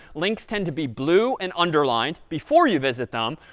links tend to be blue and underlined before you visit them,